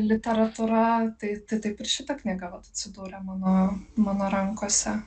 literatūra tai tai taip ir šita knyga vat atsidūrė mano mano rankose